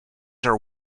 are